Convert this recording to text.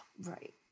Right